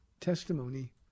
testimony